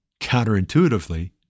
counterintuitively